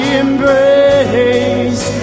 embrace